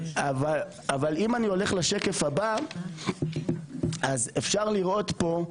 אם אני הולך לשקף הבא, אז אפשר לראות פה,